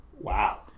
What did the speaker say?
Wow